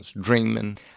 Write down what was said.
dreaming